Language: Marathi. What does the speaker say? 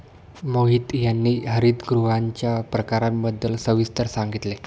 मोहित यांनी हरितगृहांच्या प्रकारांबद्दल सविस्तर सांगितले